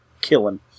killing